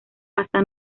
hasta